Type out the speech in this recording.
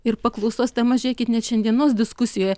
ir paklusos tema žėkit net šiandienos diskusijoje